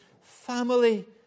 family